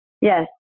Yes